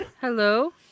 Hello